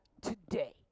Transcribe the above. today